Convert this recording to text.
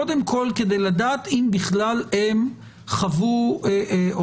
קודם כל כדי לדעת אם בכלל הן חוו אונס.